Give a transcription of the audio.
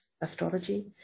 astrology